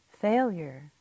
Failure